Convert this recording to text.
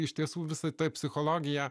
iš tiesų visa ta psichologija